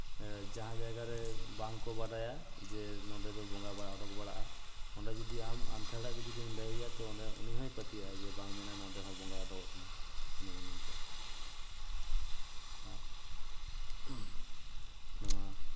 ᱡᱟᱦᱟᱸ ᱦᱟᱭᱜᱟᱨᱮ ᱵᱟᱝ ᱠᱚ ᱵᱟᱰᱟᱭᱟ ᱡᱮ ᱱᱚᱸᱰᱮ ᱫᱚ ᱵᱚᱸᱜᱟ ᱵᱟᱭ ᱩᱰᱩᱠ ᱵᱟᱲᱟᱜᱼᱟ ᱚᱸᱰᱮ ᱡᱩᱫᱤ ᱟᱢ ᱟᱹᱛᱷᱟᱹᱲᱤᱜ ᱜᱮ ᱡᱩᱫᱤᱢ ᱞᱟᱹᱭ ᱟᱭᱟ ᱛᱳ ᱩᱱᱤ ᱦᱚᱭ ᱯᱟᱹᱛᱭᱟᱹᱜᱼᱟ ᱡᱮ ᱵᱟᱝ ᱢᱮᱱᱟᱭ ᱱᱤᱰᱮ ᱦᱚᱸ ᱵᱚᱸᱜᱟᱭ ᱩᱰᱩᱠᱚᱜ ᱠᱟᱱᱟ ᱱᱮᱜ ᱮ ᱱᱤᱝᱠᱟᱹ ᱟᱨ ᱱᱚᱣᱟ